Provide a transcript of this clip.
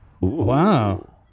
wow